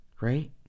right